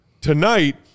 Tonight